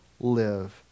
live